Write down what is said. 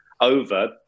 over